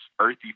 earthy